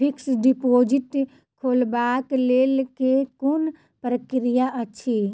Fixed deposit खोलबाक लेल केँ कुन प्रक्रिया अछि?